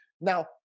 Now